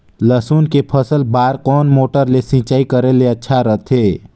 लसुन के फसल बार कोन मोटर ले सिंचाई करे ले अच्छा रथे?